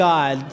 God